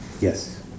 Yes